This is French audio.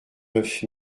neuf